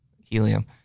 helium